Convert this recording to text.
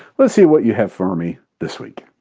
let's see what you have for me this week.